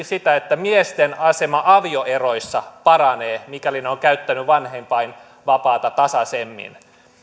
sitä että miesten asema avioeroissa paranee mikäli he ovat käyttäneet vanhempainvapaata tasaisemmin